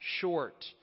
short